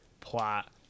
plot